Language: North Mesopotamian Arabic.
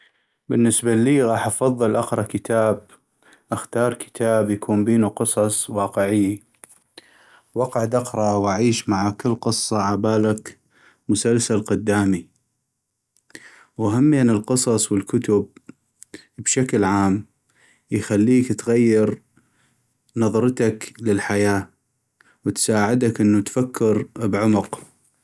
بالنسبة اللي غاح أفضل اقرأ كتاب ، اختار كتاب يكون بينو قصص واقعيي واقعد اقرأ وعيش مع كل قصة عبالك مسلسل قدامي ، وهمين القصص والكتب بشكل عام يخليك تغير نضرتك للحياة وتساعدك انو تفكر بعمق.